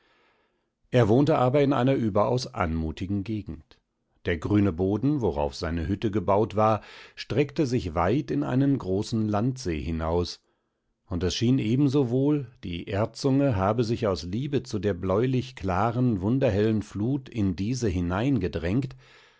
er wohnte aber in einer überaus anmutigen gegend der grüne boden worauf seine hütte gebaut war streckte sich weit in einen großen landsee hinaus und es schien ebensowohl die erdzunge habe sich aus liebe zu der bläulich klaren wunderhellen flut in diese